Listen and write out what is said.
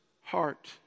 heart